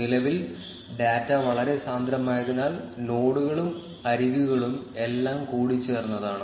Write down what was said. നിലവിൽ ഡാറ്റ വളരെ സാന്ദ്രമായതിനാൽ നോഡുകളും അരികുകളും എല്ലാം കൂടിച്ചേർന്നതാണ്